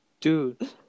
dude